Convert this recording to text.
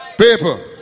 Paper